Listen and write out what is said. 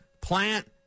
plant